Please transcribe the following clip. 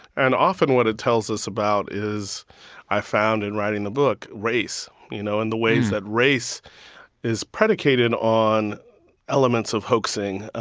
and often what it tells us about is i found in writing the book race, you know, and the ways that race is predicated on elements of hoaxing. ah